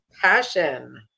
passion